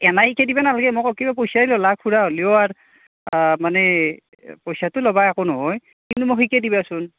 এনাই শিকে দিবা নালাগে মোক কিবা পইচায়ে ল'লা খুৰা হলিও আৰু মানে পইচাটো ল'বা একো নহয় কিন্তু মোক শিকাই দিবাচোন